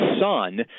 son